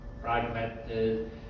fragmented